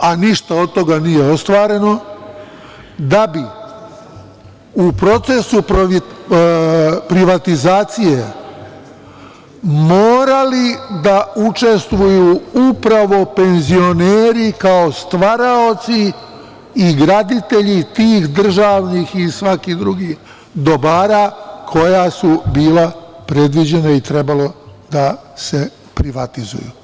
a ništa od toga nije ostvareno da bi u procesu privatizacije morali da učestvuju upravo penzioneri kao stvaraoci i graditelji tih državnih i svakih drugih dobara koja su bila predviđena i trebalo da se privatizuju.